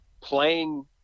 playing